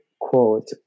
quote